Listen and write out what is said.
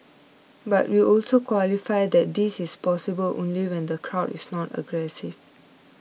but we also qualify that this is possible only when the crowd is not aggressive